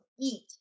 eat